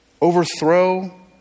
overthrow